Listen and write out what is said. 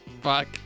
Fuck